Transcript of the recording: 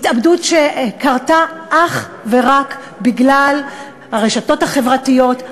התאבדות שקרתה אך ורק בגלל הרשתות החברתיות,